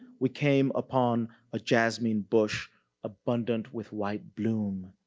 we came upon a jasmine bush abundant with white bloom.